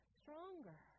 stronger